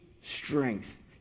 strength